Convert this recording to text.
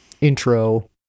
intro